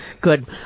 good